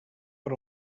per